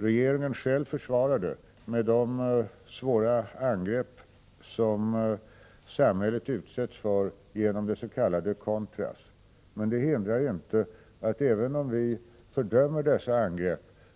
Regeringen själv försvarade sig med att peka på de svåra angrepp som samhället utsätts för av de s.k. contras. Även om vi fördömer dessa angrepp hindrar inte